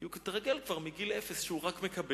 כי הוא התרגל כבר מגיל אפס שהוא רק מקבל,